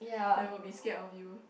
they will be scared of you